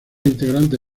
integrante